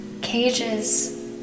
cages